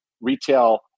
retail